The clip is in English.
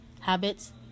habits